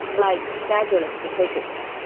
like scheduling decisions.